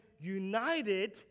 united